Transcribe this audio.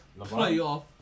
Playoff